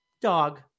dog